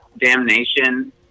Damnation